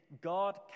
God